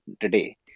today